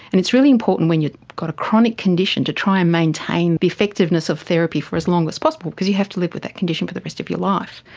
and it's really important when you've got a chronic condition to try and maintain the effectiveness of therapy for as long as possible because you have to live with that condition for the rest of your life.